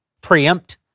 preempt